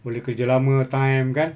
boleh kerja lama time kan